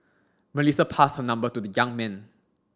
Melissa passed her number to the young man